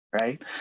right